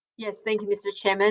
yes, thank you, mr chair. and